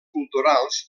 culturals